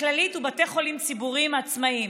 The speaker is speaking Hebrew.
כללית ובתי חולים ציבוריים עצמאיים,